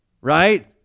right